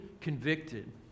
convicted